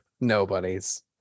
Nobody's